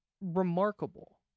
remarkable